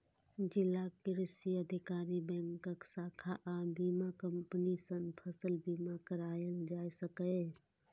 जिलाक कृषि अधिकारी, बैंकक शाखा आ बीमा कंपनी सं फसल बीमा कराएल जा सकैए